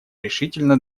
решительно